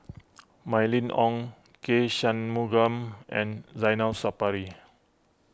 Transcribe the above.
Mylene Ong K Shanmugam and Zainal Sapari